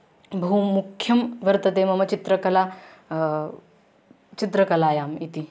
बहु मुख्यं वर्तते मम चित्रकला चित्रकलायाम् इति